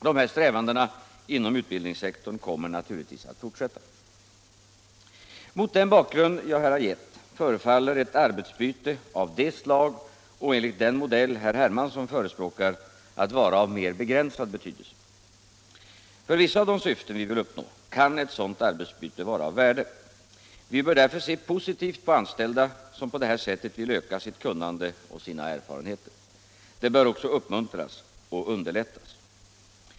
Dessa strävanden inom utbildningssektorn kommer naturligtvis att fortsätta. Mot den bakgrund jag här gett förefaller ett arbetsbyte av det slag och enligt den modell herr Hermansson förespråkar vara av mer begränsad betydelse. För vissa av de syften vi vill uppnå kan ett sådant arbetsbyte vara av värde. Vi bör därför se positivt på anställda, som på detta sätt vill öka sitt kunnande och sina erfarenheter. Det bör också uppmuntras och underlättas.